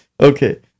Okay